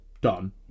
done